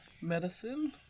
Medicine